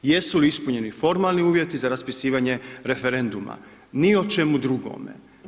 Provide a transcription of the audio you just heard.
Jesu li ispunjeni formalni uvjeti za raspisivanje referenduma, ni o čemu drugome.